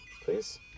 please